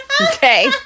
Okay